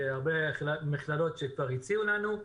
של הרבה מכללות שכבר הציעו לנו.